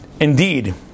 indeed